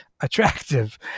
attractive